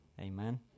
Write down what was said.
Amen